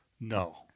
No